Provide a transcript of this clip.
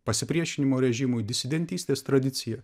pasipriešinimo režimui disidentystės tradiciją